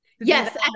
Yes